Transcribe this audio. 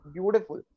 Beautiful